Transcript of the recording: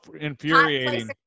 infuriating